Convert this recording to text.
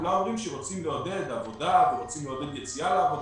רוצים לעודד עבודה ורוצים לעודד יציאה לעבודה.